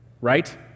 right